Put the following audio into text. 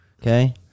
Okay